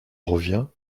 revient